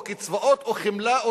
או קצבאות או חמלה,